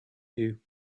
you